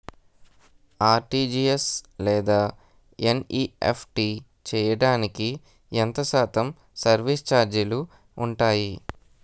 RTGS లేదా NEFT చేయడానికి ఎంత శాతం సర్విస్ ఛార్జీలు ఉంటాయి?